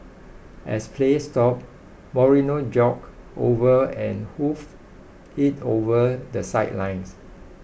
as play stopped Moreno jogged over and hoofed it over the sidelines